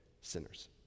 sinners